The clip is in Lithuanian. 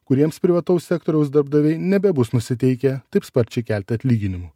kuriems privataus sektoriaus darbdaviai nebebus nusiteikę taip sparčiai kelti atlyginimų